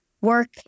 work